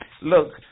Look